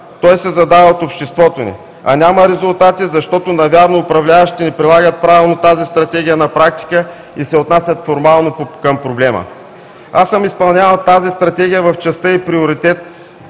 той се задава от обществото ни. А няма резултати, защото навярно управляващите не прилагат правилно тази Стратегия на практика и се отнасят формално към проблема. Аз съм изпълнявал тази Стратегия в частта ѝ приоритет,